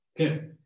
Okay